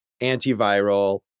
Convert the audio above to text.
Antiviral